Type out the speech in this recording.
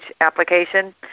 application